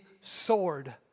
sword